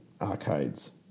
arcades